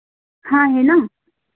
हाँ है ना